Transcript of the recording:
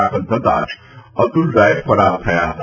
દાખલ થતા જ અતુલ રાય ફરાર થયા હતા